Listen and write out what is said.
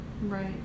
right